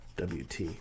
Wt